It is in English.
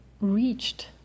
reached